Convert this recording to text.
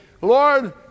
Lord